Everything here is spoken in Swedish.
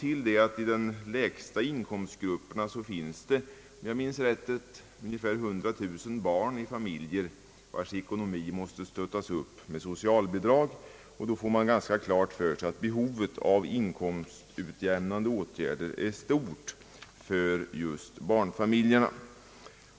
I de lägsta inkomstgrupperna finns, om jag minns rätt, ungefär 100 000 barn i familjer, vilkas ekonomi måste stöttas upp med socialbidrag. Härav får man klart för sig att behovet av inkomstutjämningsåtgärder är stort för just barnfamiljerna.